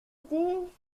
défi